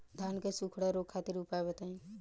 धान के सुखड़ा रोग खातिर उपाय बताई?